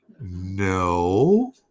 No